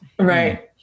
Right